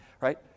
right